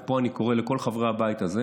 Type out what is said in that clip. ופה אני קורא לכל חברי הבית הזה